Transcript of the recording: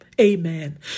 Amen